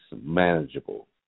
manageable